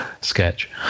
sketch